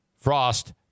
frost